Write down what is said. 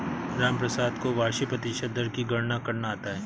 रामप्रसाद को वार्षिक प्रतिशत दर की गणना करना आता है